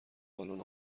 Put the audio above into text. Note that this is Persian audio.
بالن